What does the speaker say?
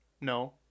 No